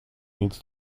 needs